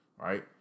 right